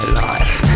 life